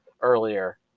earlier